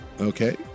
Okay